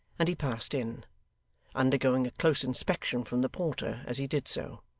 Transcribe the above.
and he passed in undergoing a close inspection from the porter as he did so.